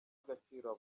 agaciro